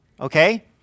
okay